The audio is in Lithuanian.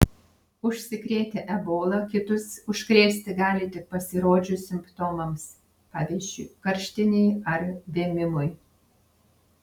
užsikrėtę ebola kitus užkrėsti gali tik pasirodžius simptomams pavyzdžiui karštinei ar vėmimui